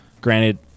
granted